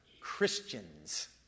Christians